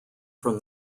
from